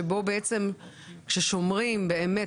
שבו בעצם כששומרים באמת,